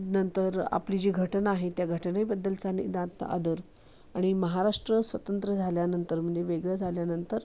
नंतर आपली जी घटना आहे त्या घटनेबद्दलचा निदांत आदर आणि महाराष्ट्र स्वतंत्र झाल्यानंतर म्हणजे वेगळं झाल्यानंतर